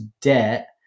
debt